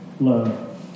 love